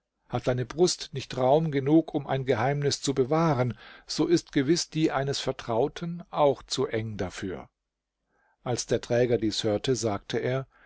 hat deine brust nicht raum genug um ein geheimnis zu bewahren so ist gewiß die eines vertrauten auch zu eng dafür als der träger dies hörte sagte er